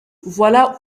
voilà